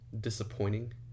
disappointing